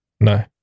No